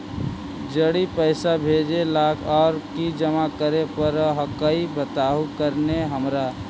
जड़ी पैसा भेजे ला और की जमा करे पर हक्काई बताहु करने हमारा?